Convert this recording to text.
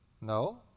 No